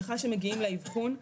בכלל כשמגיעים לאבחון,